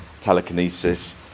telekinesis